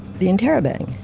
the interrobang!